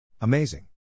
Amazing